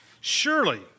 Surely